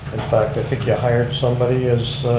fact i think you hired somebody as